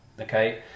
Okay